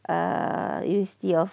err university of